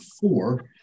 four